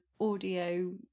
audio